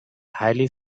highly